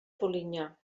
polinyà